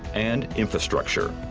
and infrastructure.